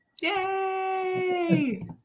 Yay